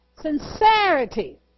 Sincerity